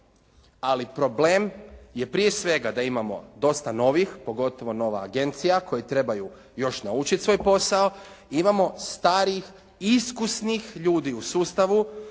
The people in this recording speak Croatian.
ali problem je prije svega da imamo dosta novih, pogotovo nova agencija koji trebaju još naučiti svoj posao, imamo starih iskusnih ljudi u sustavu